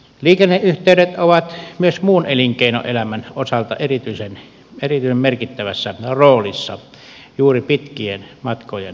liikenneyhteydet ovat myös muun elinkeinoelämän osalta erityisen merkittävässä roolissa juuri pitkien matkojen pohjois suomessa